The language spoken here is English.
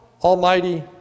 almighty